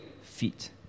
feet